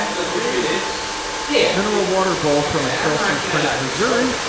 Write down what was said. today's mineral water bowl from excelsior springs, missouri